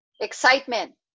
Excitement